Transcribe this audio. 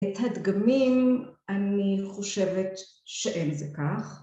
את הדגמים אני חושבת שאין זה כך